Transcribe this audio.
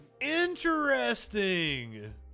Interesting